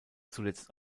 zuletzt